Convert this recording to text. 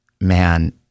man